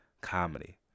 comedy